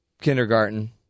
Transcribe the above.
kindergarten